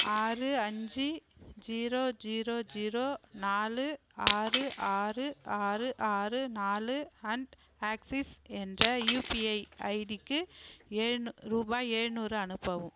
ஆறு அஞ்சு zero zero zero நாலு ஆறு ஆறு ஆறு ஆறு நாலு அண்ட் ஆக்சிஸ் என்ற யுபிஐ ஐடிக்கு எழுநூ ரூபாய் எழுநூறு அனுப்பவும்